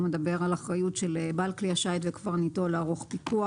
הוא מדבר על אחריות של בעל כלי השיט וקברניטו לערוך פיקוח,